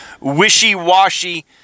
wishy-washy